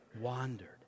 wandered